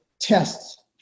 tests